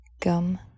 Gum